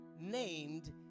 named